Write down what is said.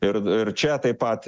ir ir čia taip pat